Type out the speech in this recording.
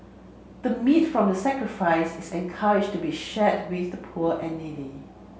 the meat from the sacrifice is encouraged to be shared with the poor and needy